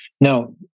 No